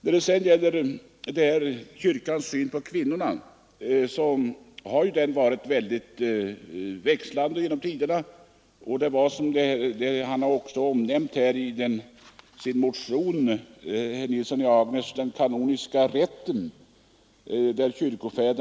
Vad beträffar kyrkans syn på kvinnorna bör framhållas att den har växlat genorh tiderna. Herr Nilsson i Agnäs har i sin motion omnämnt den kanoniska rätten.